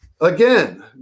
Again